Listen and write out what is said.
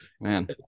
Man